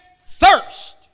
thirst